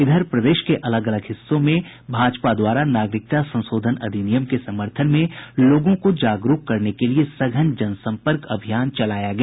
इधर प्रदेश के अलग अलग हिस्सों में भी भाजपा द्वारा नागरिकता संशोधन अधिनियम के समर्थन में लोगों को जागरूक करने के लिये सघन जनसम्पर्क अभियान चलाया गया